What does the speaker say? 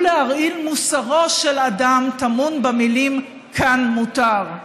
להרעיל מוסרו של אדם טמון במילים: כאן מותר.